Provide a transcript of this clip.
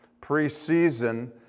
preseason